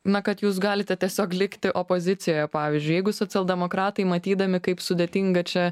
na kad jūs galite tiesiog likti opozicijoje pavyzdžiui jeigu socialdemokratai matydami kaip sudėtinga čia